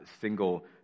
single